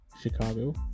Chicago